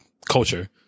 culture